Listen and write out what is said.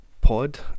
Pod